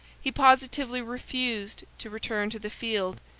he positively refused to return to the field,